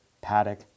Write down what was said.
Paddock